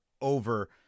over